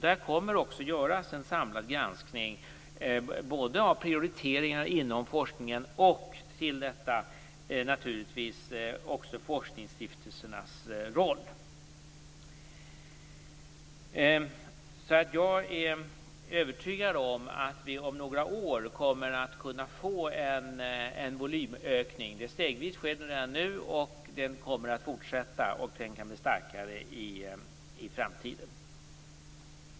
Den kommer att göra en samlad granskning både av prioriteringar inom forskningen och naturligtvis av forskningsstiftelsernas roll. Jag är alltså övertygad om att vi om några år kommer att kunna få en volymökning. Den sker stegvis redan nu, den kommer att fortsätta och den kan bli starkare i framtiden.